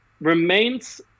remains